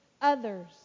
others